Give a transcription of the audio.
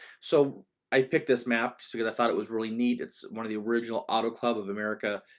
so i picked this map, because i thought it was really neat. it's one of the original auto club of america,